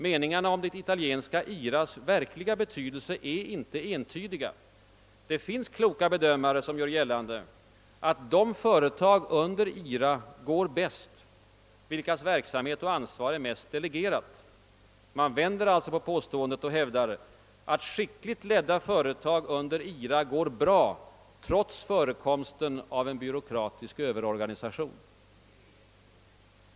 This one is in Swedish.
Meningarna om det italienska IRI:s verkliga betydelse är inte entydiga. Det finns kloka bedömare, som gör gällande att de företag under IRI går bäst, vilkas verksamhet och ansvar är mest delegerat. Man vänder alltså på påståendet och hävdar, att skickligt ledda företag under IRI går bra, trots förekomsten av en byråkratisk överorganisation.